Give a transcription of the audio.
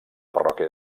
parròquia